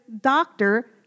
doctor